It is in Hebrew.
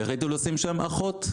והחליטו לשים שם אחות,